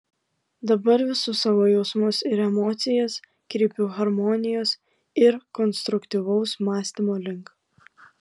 dabar visus savo jausmus ir emocijas kreipiu harmonijos ir konstruktyvaus mąstymo link